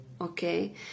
Okay